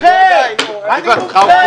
אני מומחה, אני מומחה.